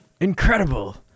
Incredible